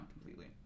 completely